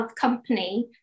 company